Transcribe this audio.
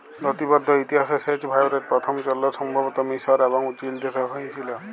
লতিবদ্ধ ইতিহাসে সেঁচ ভাঁয়রের পথম চলল সম্ভবত মিসর এবং চিলদেশে হঁয়েছিল